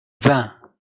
vin